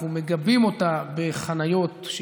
אנחנו מגבים אותה בחניות לאופניים,